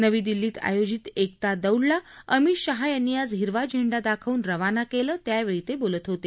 नवी दिल्लीत आयोजित एकता दौडला अमित शाह यांनी आज हिरवा झेंडा दाखवून रवाना केलं त्यावेळी ते बोलत होते